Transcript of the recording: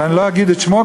ואני לא אגיד את שמו,